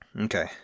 Okay